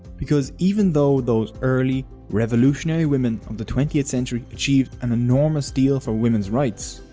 because even though those early revolutionary women of the twentieth century achieved an enormous deal for women's rights.